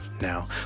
now